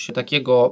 takiego